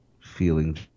feeling